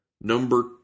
Number